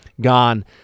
gone